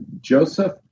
Joseph